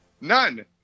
none